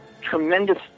tremendous